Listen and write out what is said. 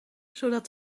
zodat